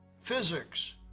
Physics